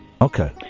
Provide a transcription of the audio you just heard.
Okay